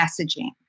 messaging